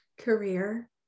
career